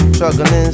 Struggling